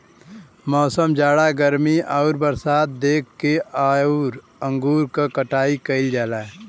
मौसम, जाड़ा गर्मी आउर बरसात देख के वाइन अंगूर क कटाई कइल जाला